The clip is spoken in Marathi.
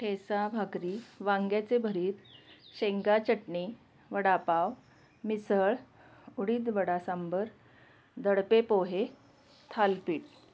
ठेचा भाकरी वांग्याचे भरीत शेंगा चटणी वडापाव मिसळ उडीद वडा सांबार दडपे पोहे थालीपीठ